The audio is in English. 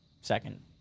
second